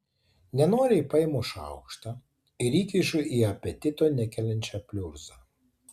nenoriai paimu šaukštą ir įkišu į apetito nekeliančią pliurzą